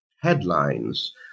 headlines